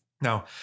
Now